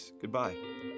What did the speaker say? goodbye